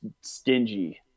stingy